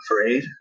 afraid